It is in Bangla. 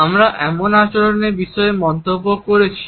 আমরা এমন আচরণের বিষয়ে মন্তব্য করেছি